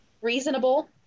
reasonable